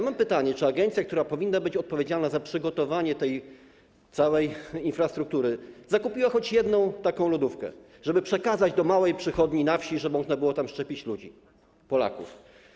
Mam pytanie: Czy agencja, która powinna być odpowiedzialna za przygotowanie tej całej infrastruktury, zakupiła choć jedną taką lodówkę, żeby przekazać ją do małej przychodni na wsi, żeby można było tam szczepić ludzi, Polaków?